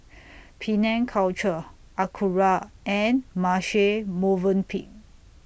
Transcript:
Penang Culture Acura and Marche Movenpick